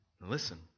Listen